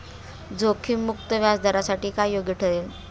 जोखीम मुक्त व्याजदरासाठी काय योग्य ठरेल?